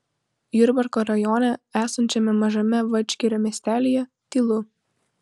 jurbarko rajone esančiame mažame vadžgirio miestelyje tylu